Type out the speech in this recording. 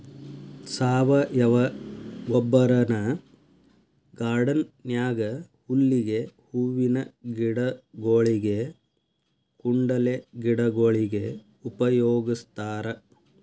ಸಾವಯವ ಗೊಬ್ಬರನ ಗಾರ್ಡನ್ ನ್ಯಾಗ ಹುಲ್ಲಿಗೆ, ಹೂವಿನ ಗಿಡಗೊಳಿಗೆ, ಕುಂಡಲೆ ಗಿಡಗೊಳಿಗೆ ಉಪಯೋಗಸ್ತಾರ